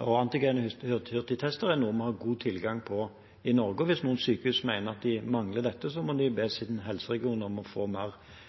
Antigen-hurtigtester er noe vi har god tilgang på i Norge. Hvis noen sykehus mener de mangler dette, må de be sin helseregion om å få mer.